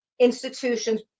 institutions